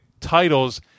titles